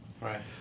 right